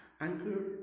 anchor